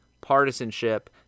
partisanship